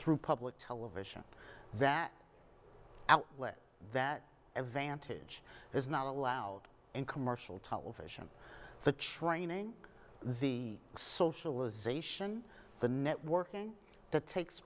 through public television that outlet that a vantage has not allowed in commercial television the training the socialization the networking that takes